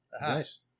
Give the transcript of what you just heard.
Nice